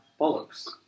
bollocks